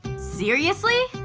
seriously?